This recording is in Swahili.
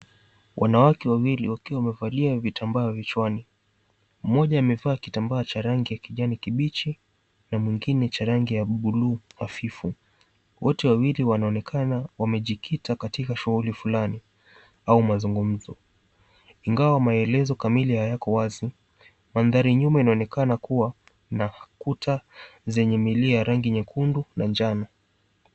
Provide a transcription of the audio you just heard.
Wanawake wawili wakiwa wamevalia vitambaa vichwani. Mmoja amevaa kitambaa cha rangi ya kijani kibichi na mwingine cha rangi ya buluu hafifu. Wote wawili wanaonekana wamejikita katika fauli fulani au mazungumzo. Ingawa maelezo kamili hayako wazi mandhari nyuma inaonekana kuwa na kuta zenye milia ya rangi nyekundu na njano.